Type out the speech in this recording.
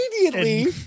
immediately